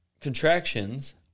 contractions